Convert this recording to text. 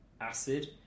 acid